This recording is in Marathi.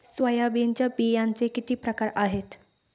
सोयाबीनच्या बियांचे किती प्रकार आहेत?